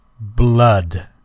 Blood